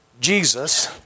Jesus